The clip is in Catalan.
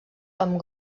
amb